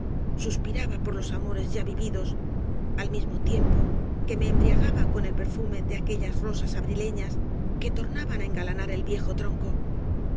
suspiraba por los amores ya vividos al mismo tiempo que me embriagaba con el perfume de aquellas rosas abrileñas que tornaban á engalanar el viejo tronco